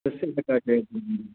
कस्य सकाशे अध्ययनं